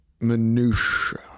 minutiae